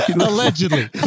Allegedly